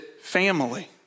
family